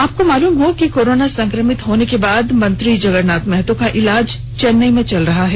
आपको बता दें कि कोरोना संक्रमित होने के बाद मंत्री जगरनाथ महतो का इलाज चेन्नई में चल रहा है